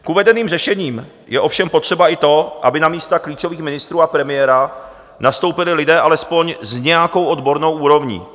K uvedeným řešením je ovšem potřeba i to, aby na místa klíčových ministrů a premiéra nastoupili lidé alespoň s nějakou odbornou úrovní.